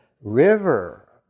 river